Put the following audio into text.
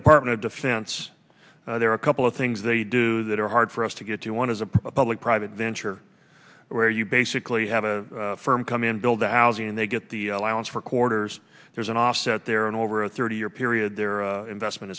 department of defense there are a couple of things they do that are hard for us to get to one is a public private venture where you basically have a firm come in build a housing and they get the allowance for quarters there's an offset there and over a thirty year period their investment